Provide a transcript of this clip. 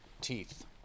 teeth